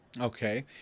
Okay